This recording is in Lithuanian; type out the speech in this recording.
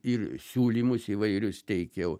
ir siūlymus įvairius teikiau